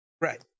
Right